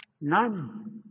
none